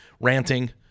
ranting